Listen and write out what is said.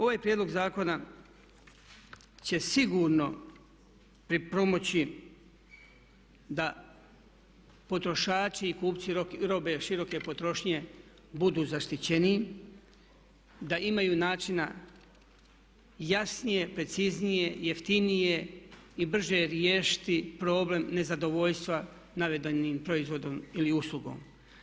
Ovaj prijedlog zakona će sigurno pripomoći da potrošači i kupci robe široke potrošnje budu zaštićeniji, da imaju načina jasnije, preciznije, jeftinije i brže riješiti problem nezadovoljstva navedenim proizvodom ili uslugom.